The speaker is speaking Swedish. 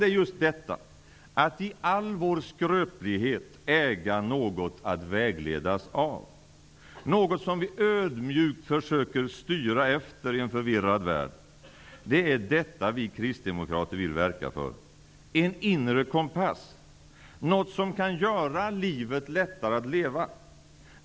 Det är just detta att vi i all vår skröplighet äger något att vägledas av, något som vi ödmjukt försöker styra efter i en förvirrad värld; det är detta vi kristdemokrater vill verka för, en inre kompass, något som kan göra livet lättare att leva.